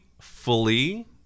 fully